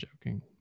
joking